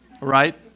right